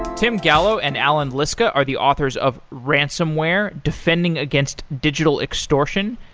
tim gallo and allan liska are the authors of ransomware defending against digital extortion.